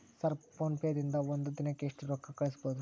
Sir PhonePe ದಿಂದ ಒಂದು ದಿನಕ್ಕೆ ಎಷ್ಟು ರೊಕ್ಕಾ ಕಳಿಸಬಹುದು?